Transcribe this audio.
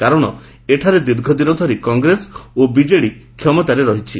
କାରଣ ଏଠାରେ ଦୀର୍ଘଦିନ ଧରି କଂଗ୍ରେସ ଓ ବିକେଡି କ୍ଷମତାରେ ଅଛନ୍ତି